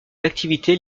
activités